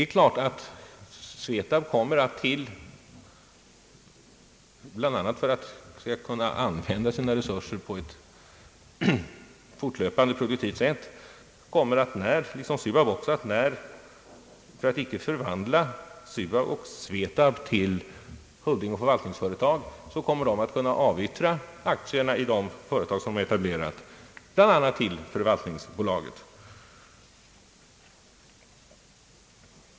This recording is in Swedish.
Jag vill bara nämna att för att SUAB och SVETAB fortlöpande skall kunna använda sina resurser på ett produktivt sätt och för att de icke skall förvandlas till holdingoch förvaltningsföretag kommer bolagen att kunna avyttra aktierna i de företag som de etablerar, bl.a. till förvaltningsbolaget.